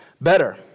Better